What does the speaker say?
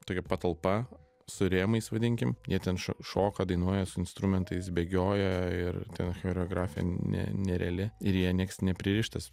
tokia patalpa su rėmais vadinkim jie ten šo šoka dainuoja su instrumentais bėgioja ir ten choreografė ne nereali ir jie nieks nepririštas